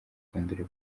kwandura